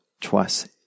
twice